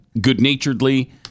good-naturedly